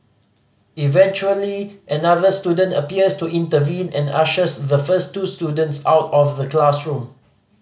eventually another student appears to intervene and ushers the first two students out of the classroom